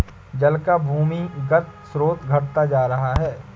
जल का भूमिगत स्रोत घटता जा रहा है